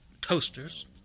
toasters